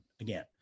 again